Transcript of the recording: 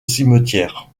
cimetière